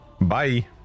Bye